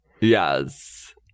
Yes